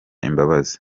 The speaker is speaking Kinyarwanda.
imbabazi